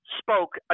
spoke